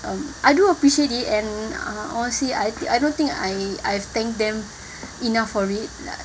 um I do appreciate it and uh honestly I I don't think I I've thank them enough for it